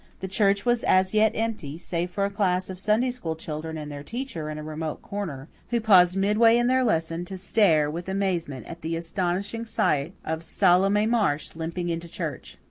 the church was as yet empty, save for a class of sunday school children and their teacher in a remote corner, who paused midway in their lesson to stare with amazement at the astonishing sight of salome marsh limping into church.